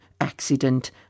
accident